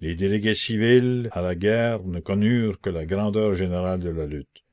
les délégués civils à la guerre ne connurent que la grandeur générale de la lutte